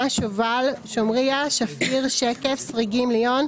שובל שומריה שפיר שקף שריגים (לי-און)